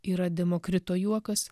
yra demokrito juokas